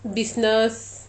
business